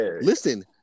Listen